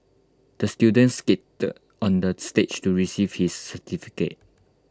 the student skated on the stage to receive his certificate